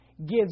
Gives